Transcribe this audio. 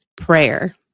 prayer